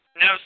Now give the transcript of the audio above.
no